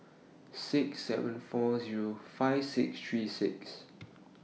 six seven four Zero five six three six